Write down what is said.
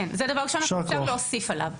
כן, זה דבר ראשון, אפשר להוסיף עליו.